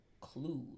clues